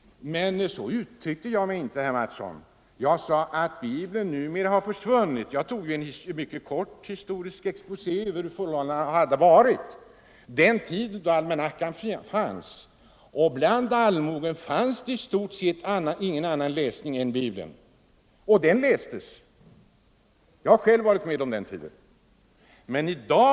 Men så uttryckte jag mig inte, herr Mattsson. Jag gjorde en mycket kort historisk exposé över hur förhållandena var på den tid då det bland allmogen i stort sett inte fanns någon annan läsning än almanackan och Bibeln — och Bibeln lästes; jag har själv varit med om den tiden.